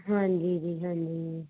ਹਾਂਜੀ ਜੀ ਹਾਂਜੀ